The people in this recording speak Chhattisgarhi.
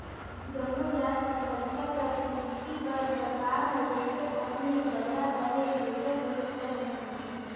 जम्मो जाएत कर खरचा कर पूरती बर सरकार हर जेकर कमई हर बगरा अहे तेकर जग कर वसूलथे